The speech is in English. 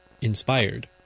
inspired